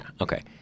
okay